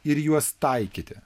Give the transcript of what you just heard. ir juos taikyti